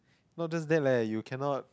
not just that leh you can not